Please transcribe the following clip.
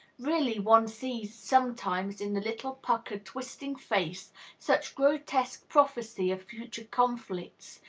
really one sees sometimes in the little puckered, twisting face such grotesque prophecy of future conflicts,